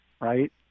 right